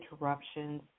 interruptions